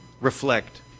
reflect